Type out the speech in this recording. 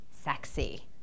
sexy